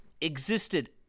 existed